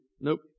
Nope